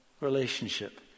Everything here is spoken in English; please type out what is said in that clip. relationship